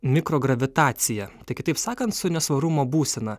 mikrogravitacija tai kitaip sakant su nesvarumo būsena